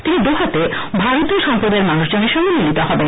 তিনি দোহাতে ভারতীয় সম্প্রদায়ের মানুষজনের সঙ্গে মিলিত হবেন